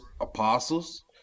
apostles